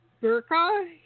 Burka